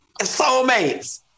soulmates